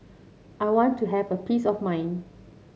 I want to have a peace of mind